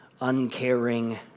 uncaring